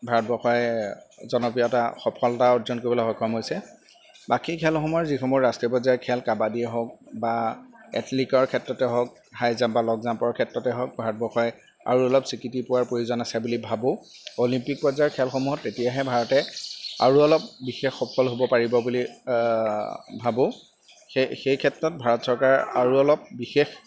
ভাৰতবৰ্ষই জনপ্ৰিয়তা সফলতা অৰ্জন কৰিবলৈ সক্ষম হৈছে বাকী খেলসমূহৰ যিসমূহ ৰাষ্ট্ৰীয় পৰ্যায়ৰ খেল কাবাডীয়ে হওক বা এথলিকৰ ক্ষেত্ৰতে হওক হাই জাম্প বা লং জাম্পৰ ক্ষেত্ৰতে হওক ভাৰতবৰ্ষই আৰু অলপ স্বীকৃতি পোৱাৰ প্ৰয়োজন আছে বুলি ভাবোঁ অলিম্পিক পৰ্যায়ৰ খেলসমূহত তেতিয়াহে ভাৰতে আৰু অলপ বিশেষ সফল হ'ব পাৰিব বুলি ভাবোঁ সেই সেই ক্ষেত্ৰত ভাৰত চৰকাৰ আৰু অলপ বিশেষ